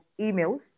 emails